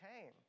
came